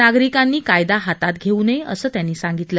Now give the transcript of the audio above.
नागरिकांनी कायदा हातात घेऊ नये असं त्यांनी सांगितलं